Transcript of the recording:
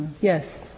yes